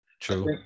True